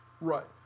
Right